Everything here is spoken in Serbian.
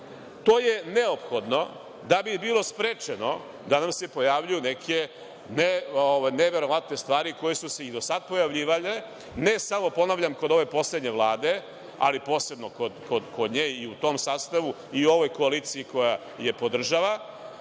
To je neophodno da bi bilo sprečeno da nam se pojavljuju neke neverovatne stvari koje su se i do sada pojavljivale, ne samo kod ove poslednje Vlade, ali posebno kod nje i u tom sastavu, i u ovoj koaliciji koja je podržava,